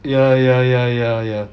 ya ya ya ya ya